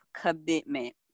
commitment